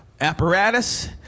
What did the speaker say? apparatus